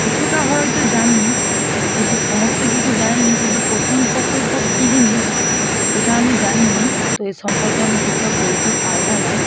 কিছুটা হয়তো জানি কিন্তু সমস্ত কিছু জানি না কিন্তু পোষণ প্রকল্প কী জিনিস সেটা আমি জানি না তো এ সম্পর্কে আমি ঠিকঠাক বলতেও পারব না